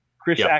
Chris